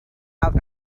awr